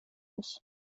oss